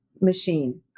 machine